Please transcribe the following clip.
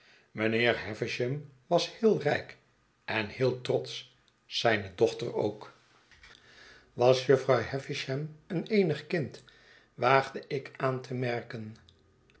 havisham was heel rijk en heel trotsch zijne dochter ook was jufvrouw havisham een eenig kind waagde ik aan te merken